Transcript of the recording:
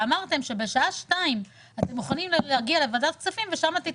ואמרתם שבשעה 14:00 אתם תיתנו את הפירוט בוועדת כספים.